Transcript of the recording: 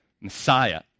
Messiah